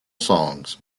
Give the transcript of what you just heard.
songs